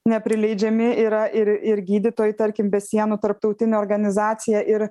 neprileidžiami yra ir ir gydytojai tarkim be sienų tarptautinė organizacija ir